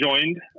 joined